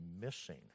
missing